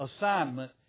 assignment